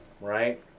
right